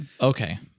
Okay